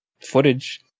footage